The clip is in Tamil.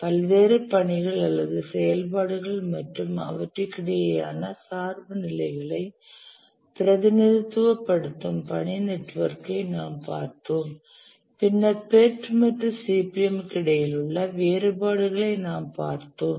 பல்வேறு பணிகள் அல்லது செயல்பாடுகள் மற்றும் அவற்றுக்கிடையேயான சார்பு நிலைகளை பிரதிநிதித்துவப்படுத்தும் பணி நெட்வொர்க்கை நாம் பார்த்தோம் பின்னர் PERT மற்றும் CPM க்கு இடையில் உள்ள வேறுபாடுகளை நாம் பார்த்தோம்